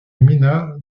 gmina